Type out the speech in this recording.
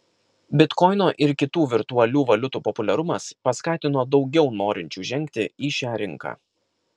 bitkoino ir kitų virtualių valiutų populiarumas paskatino daugiau norinčių žengti į šią rinką